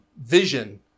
vision